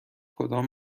کدام